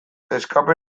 escape